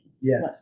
Yes